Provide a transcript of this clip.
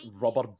rubber